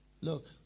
look